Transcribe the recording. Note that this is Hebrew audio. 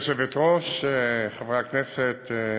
גברתי היושבת-ראש, חברי הכנסת,